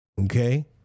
okay